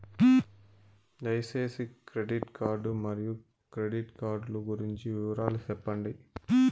దయసేసి credit card మరియు credit card లు గురించి వివరాలు సెప్పండి?